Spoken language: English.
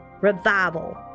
revival